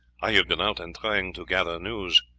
i have been out and trying to gather news.